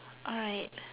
alright